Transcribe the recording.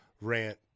rant